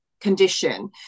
condition